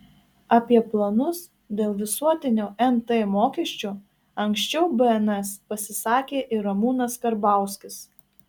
apie planus dėl visuotinio nt mokesčio anksčiau bns pasisakė ir ramūnas karbauskis